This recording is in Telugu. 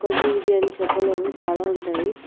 ఒకటి ఇది అని చెప్పలేము చాలా ఉంటాయి